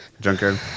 Junker